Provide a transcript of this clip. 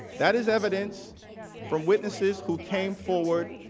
that is evidence from witnesses who came forward,